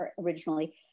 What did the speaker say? originally